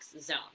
zone